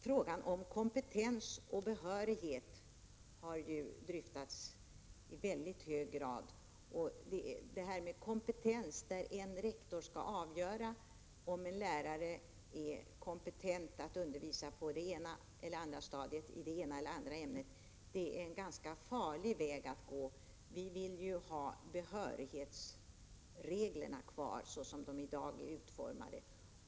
Frågan om kompetens och behörighet har dryftats i stor utsträckning. Att en rektor skall avgöra om en lärare är kompetent att undervisa på det ena eller det andra stadiet i det ena eller det andra ämnet är en ganska farlig väg att gå. Vi vill ha behörighetsreglerna kvar, såsom de i dag är utformade.